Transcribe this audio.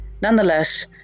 Nonetheless